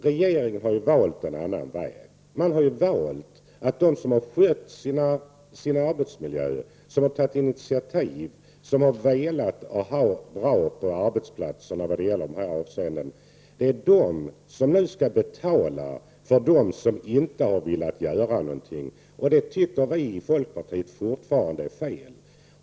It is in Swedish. Regeringen har nu valt en annan väg. De som sköter sin arbetsmiljö, som tar initiativ och som åstadkommer bra arbetsplatser i dessa avseenden, skall nu få betala för dem som inte velat göra någonting. Det anser vi i folkpartiet vara fel.